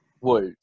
world